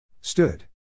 Stood